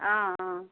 অঁ অঁ